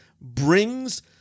brings